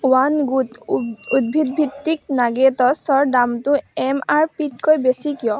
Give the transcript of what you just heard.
one good উদ্ভিদ ভিত্তিক নাগেটছৰ দামটো এম আৰ পিতকৈ বেছি কিয়